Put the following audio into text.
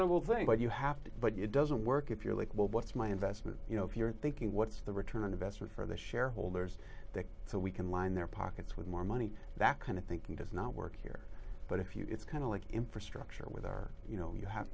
salable thing but you have to but it doesn't work if you're like well what's my investment you know if you're thinking what's the return on investment for the shareholders so we can line their pockets with more money that kind of thinking does not work here but if you it's kind of like infrastructure with our you know you have